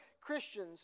Christians